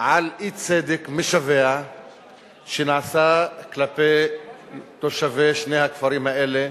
על אי-צדק משווע שנעשה כלפי תושבי שני הכפרים האלה